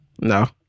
No